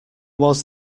was